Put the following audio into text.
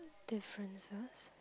differences